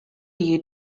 you